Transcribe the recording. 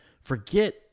forget